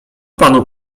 panu